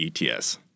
ETS